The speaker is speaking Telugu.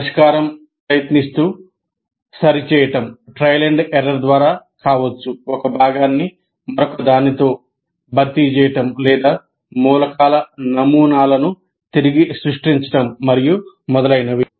పరిష్కారం ప్రయత్నిస్తూ సరిచేయటం ద్వారా కావచ్చు ఒక భాగాన్ని మరొకదానితో భర్తీ చేయడం లేదా మూలకాల నమూనాలను తిరిగి సృష్టించడం మరియు మొదలైనవి